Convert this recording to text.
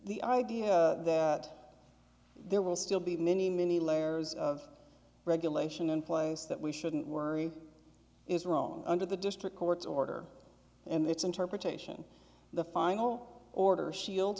the idea that there will still be many many layers of regulation in place that we shouldn't worry is rome under the district court's order and its interpretation the final order sheild